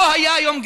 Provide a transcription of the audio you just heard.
לא היה היום גט,